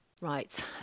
Right